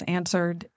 answered